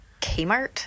kmart